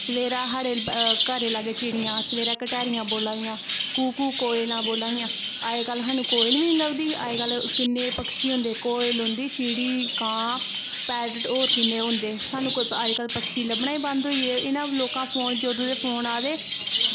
सवेरे साढ़े घरे लाग्गै चिड़ियां बोल्ला दियां कू कू कोयलां बोल्ला दियां अज कल स्हानू कोयल बी नी लब्भदी अज कल किन्ने पक्षी होंदे होंदा कोयल चिड़ी कां पैरट होर किन्नें होंदे स्हानू अज्ज कल लब्भनां गै बंद होई दे जदूं दे फोन आदे